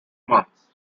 months